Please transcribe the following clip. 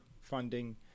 funding